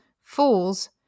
fools